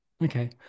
Okay